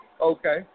Okay